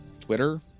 Twitter